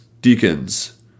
deacons